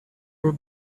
were